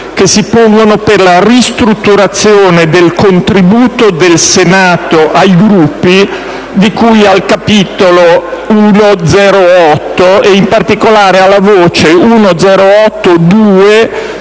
che si pongono per la ristrutturazione del contributo del Senato ai Gruppi, di cui al capitolo 1.08, e in particolare la voce di